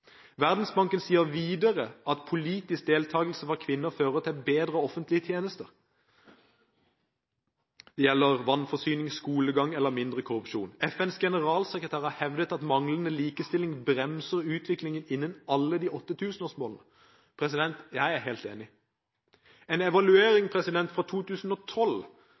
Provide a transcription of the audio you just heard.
Verdensbanken sier videre at politisk deltakelse fra kvinner fører til bedre offentlige tjenester – det gjelder vannforsyning, skolegang og at det blir mindre korrupsjon. FNs generalsekretær har hevdet at manglende likestilling bremser utviklingen innen alle de åtte tusenårsmålene. Jeg er helt enig. En evaluering fra 2012